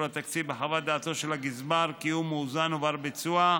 התקציב בחוות דעתו של הגזבר שהוא מאוזן ובר-ביצוע,